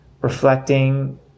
reflecting